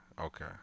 okay